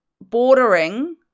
bordering